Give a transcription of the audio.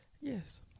Yes